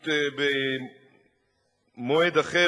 במועד אחר,